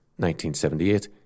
1978